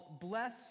Bless